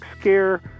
scare